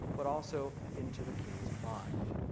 but also into the king's mind.